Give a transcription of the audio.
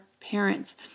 parents